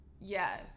Yes